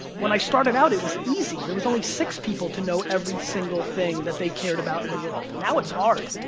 when i started out it was easy. there was only six people to know every single thing that they cared about in the world. now it's hard.